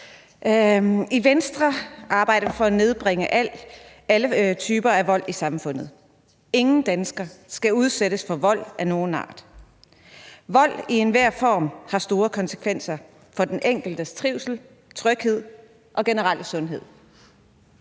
I Venstre arbejder vi for at nedbringe alle typer af vold i samfundet. Ingen dansker skal udsættes for vold af nogen art. Vold i enhver form har store konsekvenser for den enkeltes trivsel, tryghed og generelle sundhed.